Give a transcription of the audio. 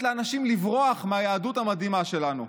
לאנשים לברוח מהיהדות המדהימה שלנו.